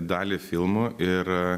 dalį filmų ir